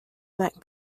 that